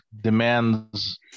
demands